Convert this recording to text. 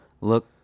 Look